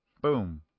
boom